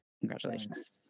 congratulations